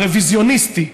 הרוויזיוניסטי,